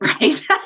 Right